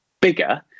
bigger